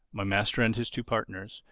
my master and his two partners,